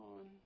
on